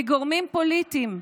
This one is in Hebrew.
מגורמים פוליטיים,